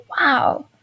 wow